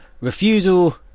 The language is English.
refusal